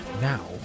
Now